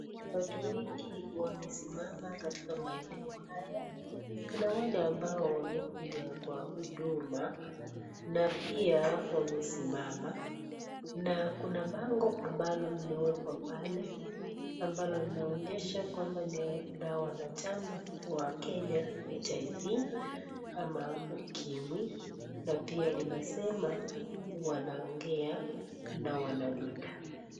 Watu wengi wamesimama katika maeneo haya, kuna wale ambao wamekuja kwa huduma, na pia, wamesimama, na kuna bango ambalo limewekwa pale, ambalo linaonyesha kwamba ni la wanachama wa Kenya (cs)HIV (cs) ama ukimwi na pia linasema, wanaongea na wanalinda.